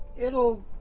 it'll.